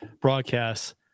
broadcasts